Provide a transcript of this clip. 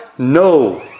No